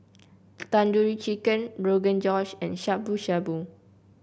Tandoori Chicken Rogan Josh and Shabu Shabu